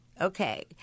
Okay